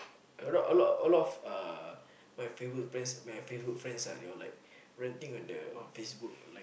a lot a lot a lot of uh my Facebook friend my Facebook friends ah they were like ranting on the on Facebook like